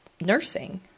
nursing